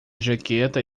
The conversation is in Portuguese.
jaqueta